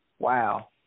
Wow